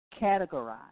categorize